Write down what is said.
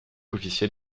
officiel